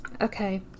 okay